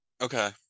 okay